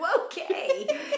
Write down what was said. okay